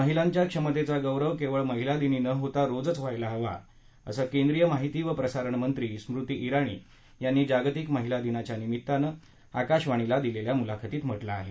महिलांच्या क्षमतेचा गौरव केवळ महिला दिनी न होता रोजच व्हायला हवा असं केंद्रीय माहिती व प्रसारणमंत्री स्मृती जिणी यांनी जागतिक महिला दिनाच्या निमित्तानं आकाशवणीला दिलेल्या मुलाखतीत म्हा कें आहे